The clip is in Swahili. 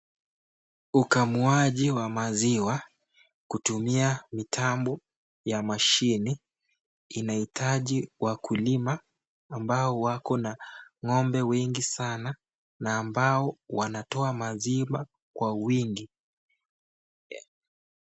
Ukamuaji wa maziwa kutumia mitambo ya mashine inahitaji wakulima ambao wako na ng'ombe wengi sana na ambao wanatoa maziwa kwa wingi.